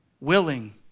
Willing